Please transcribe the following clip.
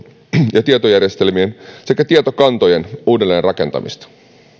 ja tietojärjestelmien sekä tietokantojen uudelleen rakentamista